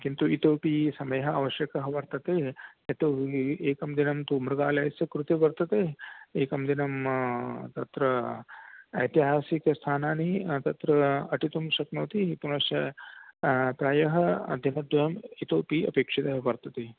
किन्तु इतोपि समयः आवश्यकः वर्तते यतोहि एकं दिनं तु मृगालयस्य कृते वर्तते एकं दिनं तत्र ऐतिहासिकस्थानानि तत्र अटितुं शक्नोति पुनश्च त्रयः दिनद्वयमं इतोऽपि अपेक्षितं वर्तते